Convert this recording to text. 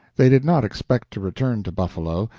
they did not expect to return to buffalo,